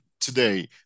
today